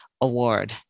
award